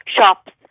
shops